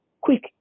quick